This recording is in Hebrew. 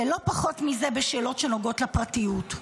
ולא פחות מזה בשאלות שנוגעות לפרטיות.